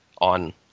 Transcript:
on